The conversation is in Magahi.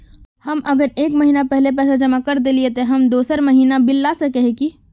हम अगर एक महीना पहले पैसा जमा कर देलिये ते हम दोसर महीना बिल ला सके है की?